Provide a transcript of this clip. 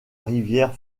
rivière